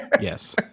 Yes